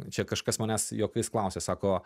čia kažkas manęs juokais klausia sako